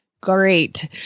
Great